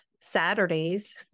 Saturdays